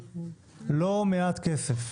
לא מעט כסף.